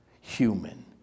human